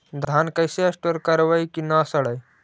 धान कैसे स्टोर करवई कि न सड़ै?